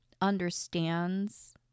understands